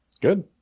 good